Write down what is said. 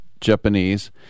Japanese